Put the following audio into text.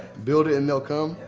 build it and they'll come?